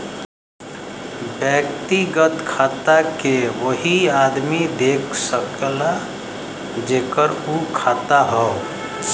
व्यक्तिगत खाता के वही आदमी देख सकला जेकर उ खाता हौ